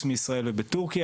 חוץ מבישראל ובטורקיה,